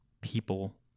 people